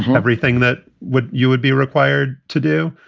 everything that would you would be required to do.